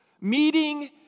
Meeting